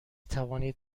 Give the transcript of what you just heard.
توانید